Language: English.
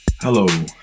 hello